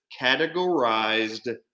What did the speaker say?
categorized